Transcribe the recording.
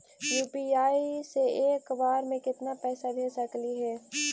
UPI से एक बार मे केतना पैसा भेज सकली हे?